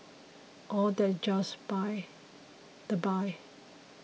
all that just by the by